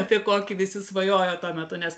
apie kokį visi svajojo tuo metu nes